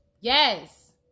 Yes